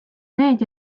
need